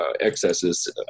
excesses